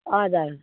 हजुर